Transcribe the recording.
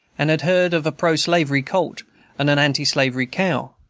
and had heard of a proslavery colt and an antislavery cow.